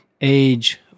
age